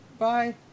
Bye